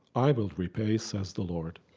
i will repay says the lord.